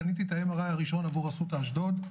קניתי את מכשיר ה-MRI הראשון עבור אסותא אשדוד,